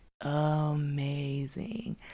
amazing